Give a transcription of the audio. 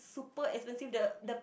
super expensive the the